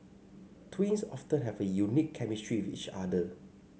twins often have a unique chemistry with each other